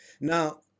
Now